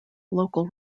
local